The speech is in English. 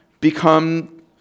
become